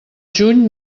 juny